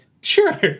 sure